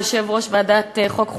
יושב-ראש ועדת החוקה,